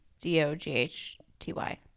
D-O-G-H-T-Y